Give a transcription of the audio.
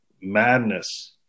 madness